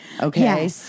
Okay